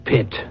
Pit